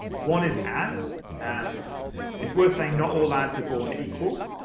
one is ads. and it's worth saying not all ads are born equal.